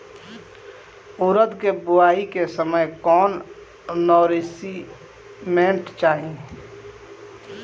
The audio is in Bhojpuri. उरद के बुआई के समय कौन नौरिश्मेंट चाही?